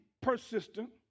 persistent